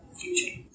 future